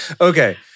okay